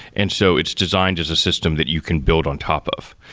and so it's designed as a system that you can build on top of.